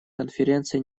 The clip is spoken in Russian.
конференция